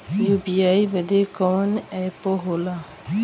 UPI बदे कवन app होला?